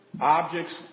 objects